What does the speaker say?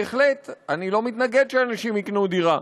בהחלט, אני לא מתנגד שאנשים יקנו דירה.